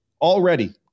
Already